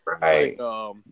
Right